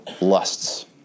lusts